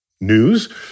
news